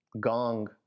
gong